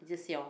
just hiong